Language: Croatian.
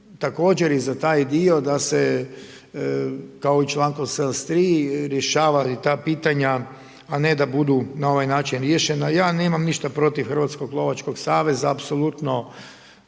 također i za taj dio da se kao i člankom 73 rješavaju i ta pitanja a ne da budu na ovaj način riješena. Ja nemam ništa protiv Hrvatskog lovačkog saveza, apsolutno,